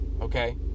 okay